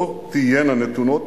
לא תהיינה נתונות,